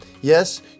Yes